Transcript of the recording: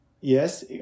yes